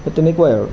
তেনেকুৱাই আৰু